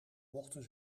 mochten